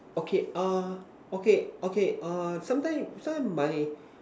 okay err okay okay err sometime sometime my